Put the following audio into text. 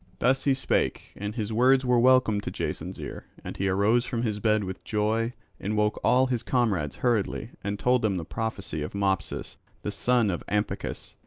thus he spake, and his words were welcome to jason's ear. and he arose from his bed with joy and woke all his comrades hurriedly and told them the prophecy of mopsus the son of ampycus.